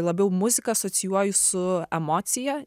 labiau muziką asocijuoju su emocija